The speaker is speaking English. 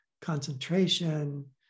concentration